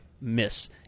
miss